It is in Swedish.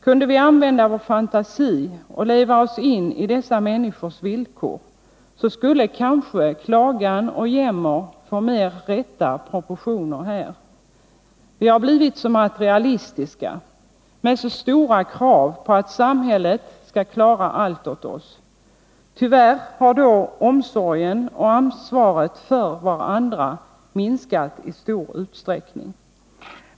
Kunde vi använda vår fantasi och leva oss in i dessa människors villkor skulle kanske klagan och jämmer här få mer rätta proportioner. Vi har blivit så materialistiska, med så stora krav på att samhället skall klara allt åt oss. Tyvärr har då vår omsorg om och vårt ansvar för varandra minskat i stor utsträckning.